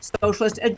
socialist